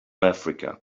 africa